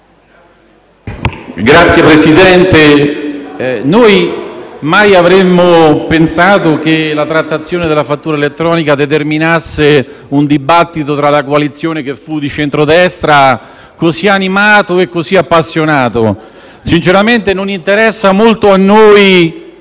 Signor Presidente, noi mai avremmo pensato che la trattazione della fattura elettronica determinasse un dibattito tra la coalizione che fu di centrodestra così animato e così appassionato. Sinceramente a noi non interessa molto il